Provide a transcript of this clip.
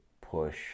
push